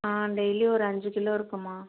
ஆ daily ஒரு அஞ்சு கிலோ இருக்கும்மா